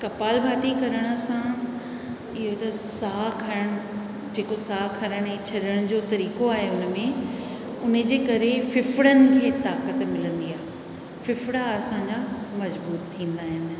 कपालभाति करण सां इहो त साह खणण जेको साह खण ऐं छॾण जो तरीक़ो आहे हुन में हुनजे करे फेफड़नि खे ताक़त मिलंदी ख़े फेफड़ा असांजा मज़बूतु थींदा आहिनि